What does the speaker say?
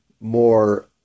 more